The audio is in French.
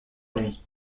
nuit